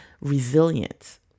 resilience